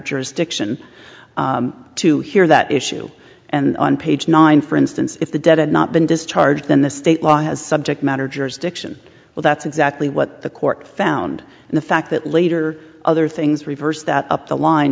jurisdiction to hear that issue and on page nine for instance if the debt not been discharged then the state law has subject matter jurisdiction well that's exactly what the court found and the fact that later other things reversed that up the line